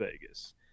vegas